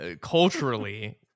culturally